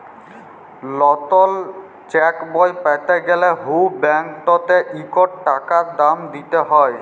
লতুল চ্যাকবই প্যাতে গ্যালে হুঁ ব্যাংকটতে ইকট টাকা দাম দিতে হ্যয়